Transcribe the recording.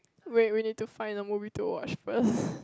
wait we need to find a movie to watch first